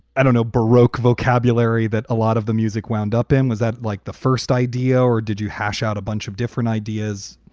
i don't know, baroque vocabulary that a lot of the music wound up in? was that like the first idea or did you hash out a bunch of different ideas?